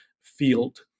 field